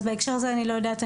אז בהקשר הזה אני לא יודעת,